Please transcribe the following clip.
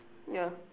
ya